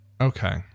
Okay